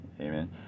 amen